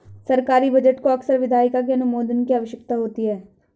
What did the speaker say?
सरकारी बजट को अक्सर विधायिका के अनुमोदन की आवश्यकता होती है